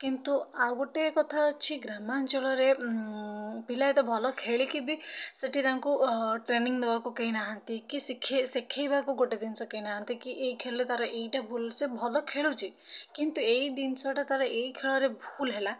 କିନ୍ତୁ ଆଉଗୋଟେ କଥା ଅଛି ଗ୍ରାମାଞ୍ଚଳରେ ପିଲା ଏତେ ଭଲ ଖେଳିକି ବି ସେଠି ତାଙ୍କୁ ଟ୍ରେନିଙ୍ଗ୍ ଦେବାକୁ କେହି ନାହାନ୍ତି କି ଶିଖେ ଶିଖେଇବାକୁ ଗୋଟେ ଜିନିଷ କେହି ନାହାନ୍ତି କି ଏଇ ଖେଳିଲେ ତା'ର ଏଇଟା ସେ ଭଲ ଖେଳୁଛି କିନ୍ତୁ ଏଇ ଜିନିଷଟା ତା'ର ଏଇ ଖେଳରେ ଭୁଲ୍ ହେଲା